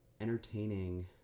entertaining